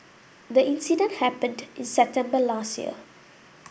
the incident happened in September last year